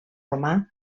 romà